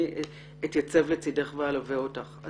אני אתייצב לצדך ואלווה אותך.